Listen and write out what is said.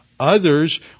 Others